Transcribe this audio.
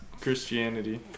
Christianity